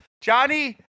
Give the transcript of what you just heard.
Johnny